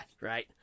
right